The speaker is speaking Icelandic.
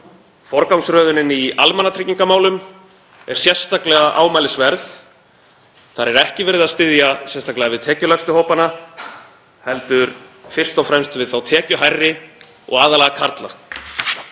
Forgangsröðunin í almannatryggingamálum er sérstaklega ámælisverð. Þar er ekki verið að styðja sérstaklega við tekjulægstu hópana heldur fyrst og fremst við þá tekjuhærri og aðallega karla.